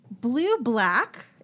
Blue-black